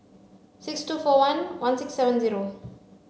six two four one one six seven zero